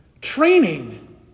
Training